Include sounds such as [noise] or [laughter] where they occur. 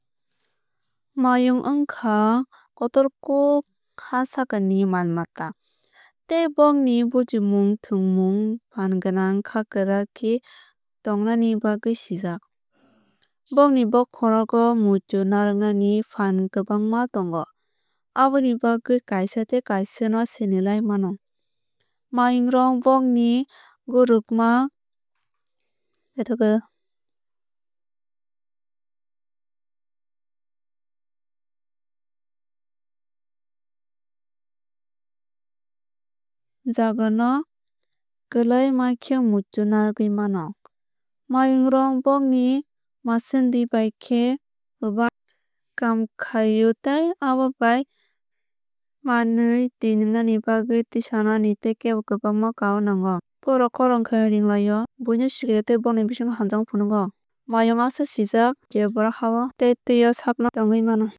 Mayung wngkha kotorkuk ha sakani mal mata tei bongni bujimung thwngmung fan gwnang kha kwrak khe tongnani bagwui sijak. [noise] Bongni bokhrogo muitu naragnani fan kwbangma tongo aboni bagwui kaisa tei kaisa no sinilai mano. Mayung rok bongni gurukma [noise] jaga no klai ma khe muitu narwgui mano. Mayung rok bongni maswndwui bai khe kaam khai o tei amobai manwui tui nwngnani bagwui tisanani tei tebo kwbangma kaa o nango. Bohrok khorang khai o ringlai o buino sikiro tei bongni bisiingo hamjakma phunogo. Mayung aswk sijak je bohrok ha o tei tui o sakno tongue mano.